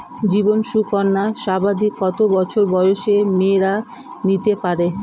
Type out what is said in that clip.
জীবন সুকন্যা সর্বাধিক কত বছর বয়সের মেয়েরা নিতে পারে?